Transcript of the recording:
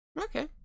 Okay